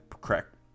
correct